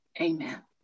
Amen